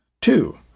Two